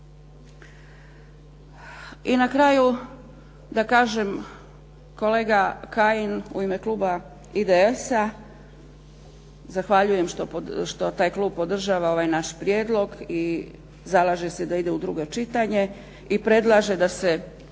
I na kraju da kažem, kolega Kajin u ime kluba IDS-a, zahvaljujem što taj klub podržava ovaj naš prijedlog i zalaže se da ide u drugo čitanje i predlaže da se